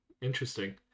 interesting